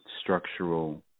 structural